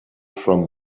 from